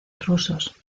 rusos